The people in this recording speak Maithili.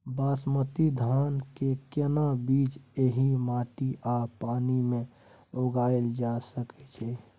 बासमती धान के केना बीज एहि माटी आ पानी मे उगायल जा सकै छै?